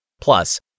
Plus